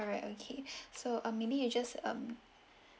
alright okay so um maybe you just um